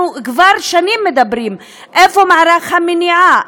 אנחנו כבר שנים מדברים, איפה מערך המניעה?